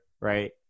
right